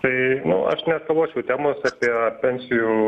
tai aš neeskaluosiu temos apie pensijų